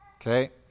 Okay